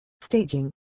Staging